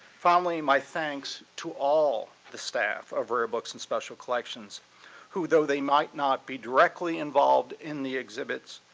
finally, my thanks to all the staff of rare books and special collections who, though they might not be directly involved in the exhibits,